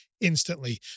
instantly